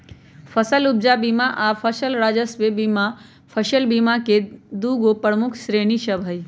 फसल उपजा बीमा आऽ फसल राजस्व बीमा फसल बीमा के दूगो प्रमुख श्रेणि सभ हइ